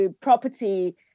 property